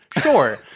sure